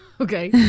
okay